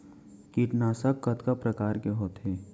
कीटनाशक कतका प्रकार के होथे?